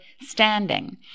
standing